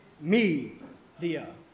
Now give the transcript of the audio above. me-dia